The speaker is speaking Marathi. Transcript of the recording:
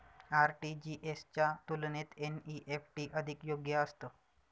आर.टी.जी.एस च्या तुलनेत एन.ई.एफ.टी अधिक योग्य असतं